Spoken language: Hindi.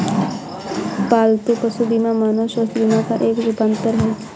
पालतू पशु बीमा मानव स्वास्थ्य बीमा का एक रूपांतर है